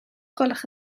gwelwch